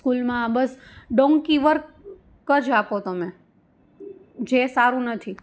સ્કૂલમાં બસ donkey work ક જ આપો તમે જે સારું નથી